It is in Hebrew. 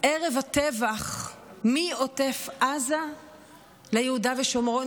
ערב הטבח מעוטף עזה ליהודה ושומרון